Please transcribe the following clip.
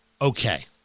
Okay